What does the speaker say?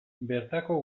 bertako